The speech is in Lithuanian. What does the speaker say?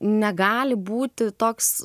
negali būti toks